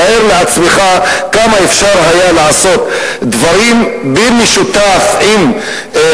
תארו לעצמכם כמה דברים משותפים אפשר